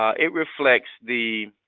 it reflects the